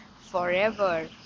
forever